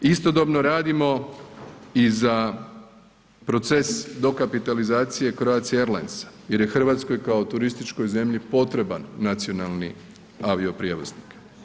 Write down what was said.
Istodobno radimo i za proces dokapitalizacije Croatie Airlinesa jer je Hrvatskoj kao turističkoj zemlji potreban nacionalni avioprijevoznik.